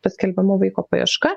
paskelbiama vaiko paieška